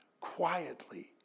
quietly